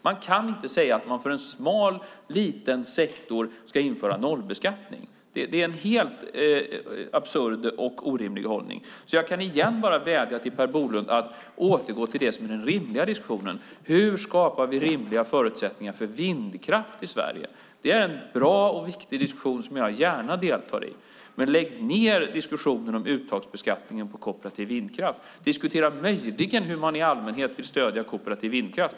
Man kan inte säga att man för en smal liten sektor ska införa nollbeskattning. Det är en helt absurd och orimlig hållning. Jag kan därför bara igen vädja till Per Bolund att återgå till det som är den rimliga diskussionen: Hur skapar vi rimliga förutsättningar för vindkraft i Sverige? Det är en bra och viktig diskussion som jag gärna deltar i. Men lägg ned diskussionen om uttagsbeskattningen på kooperativ vindkraft! Diskutera möjligen hur man i allmänhet vill stödja kooperativ vindkraft.